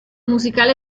musicale